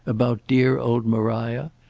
about dear old maria?